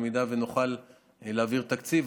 במידה שנוכל להעביר תקציב,